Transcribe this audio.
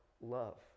love